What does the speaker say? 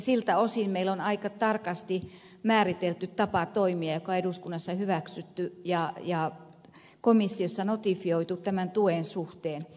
siltä osin meillä on aika tarkasti määritelty tapa toimia joka on eduskunnassa hyväksytty ja komissiossa notifioitu tämän tuen suhteen